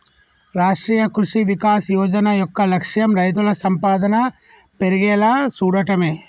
రాష్ట్రీయ కృషి వికాస్ యోజన యొక్క లక్ష్యం రైతుల సంపాదన పెర్గేలా సూడటమే